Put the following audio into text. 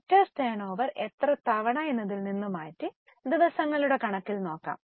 debtors turnover എത്ര തവണ എന്നതിൽ നിന്ന് മാറ്റി ദിവസങ്ങളുടെ കണക്കിൽ നോക്കാം